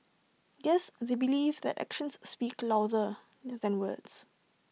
guess they believe that actions speak louder than words